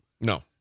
No